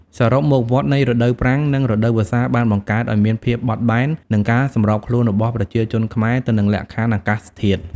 សរុបមក វដ្ដនៃរដូវប្រាំង និងរដូវវស្សាបានបង្កើតឲ្យមានភាពបត់បែន និងការសម្របខ្លួនរបស់ប្រជាជនខ្មែរទៅនឹងលក្ខខណ្ឌអាកាសធាតុ។